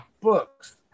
books